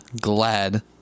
glad